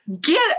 get